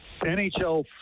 NHL